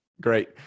Great